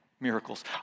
miracles